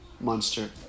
Monster